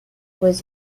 was